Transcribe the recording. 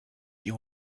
you